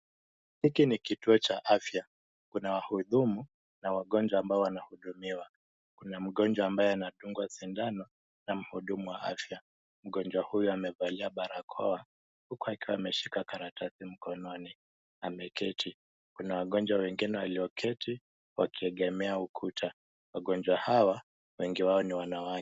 Hiki ni kituo cha afya. Kuna wahudumu na wagonjwa ambao wanahudumiwa. Kuna mgonjwa ambaye anadungwa sindano na mhudumu wa afya. Mgonjwa huyu amevalia barakoa uku akiwa ameshika karatasi mkononi na ameketi. Kuna wagonjwa wengine walioketi wakiegemea ukuta. Wagonjwa hawa wengi wao ni wanawake.